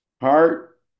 Heart